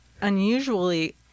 unusually